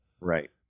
right